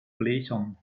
blechern